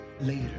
Later